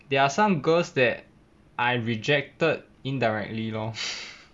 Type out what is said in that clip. there are some girls that I rejected indirectly lor